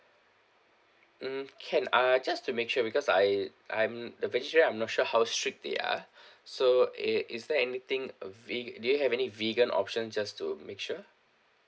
mm can uh just to make sure because I I'm the vegetarian I'm not sure how strict they are so i~ is there anything a ve~ do you have any vegan option just to make sure